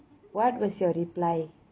what was your reply